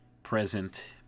present